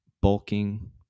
bulking